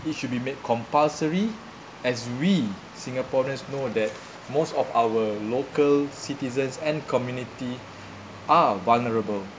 it should be made compulsory as we singaporeans know that most of our local citizens and community are vulnerable